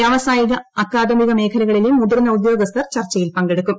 വ്യാവസായിക അക്കാദമിക മേഖലകളിലെ മുതിർന്ന ഉദ്യോഗസ്ഥർ ചർച്ചയിൽ പങ്കെടുക്കും